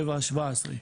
שבע ושבע עשרה,